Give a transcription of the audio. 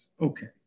Okay